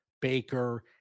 baker